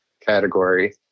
category